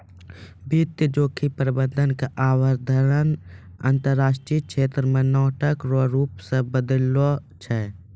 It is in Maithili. वित्तीय जोखिम प्रबंधन के अवधारणा अंतरराष्ट्रीय क्षेत्र मे नाटक रो रूप से बदललो छै